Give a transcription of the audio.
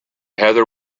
heather